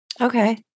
Okay